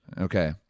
Okay